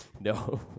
no